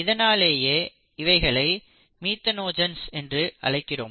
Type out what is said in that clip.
இதனாலேயே இவைகளை மீத்தனோஜன்ஸ் என்று அழைக்கிறோம்